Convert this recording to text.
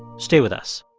stay with us